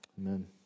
amen